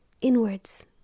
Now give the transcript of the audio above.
inwards